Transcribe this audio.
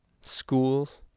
schools